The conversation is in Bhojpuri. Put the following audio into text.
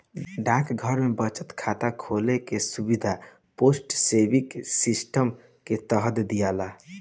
डाकघर में बचत खाता खोले के सुविधा पोस्टल सेविंग सिस्टम के तहत दियाला